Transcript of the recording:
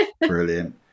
brilliant